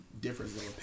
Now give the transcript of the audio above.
difference